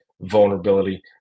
vulnerability